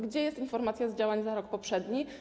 Gdzie jest informacja z działań za rok poprzedni?